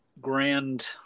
grand